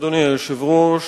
אדוני היושב-ראש,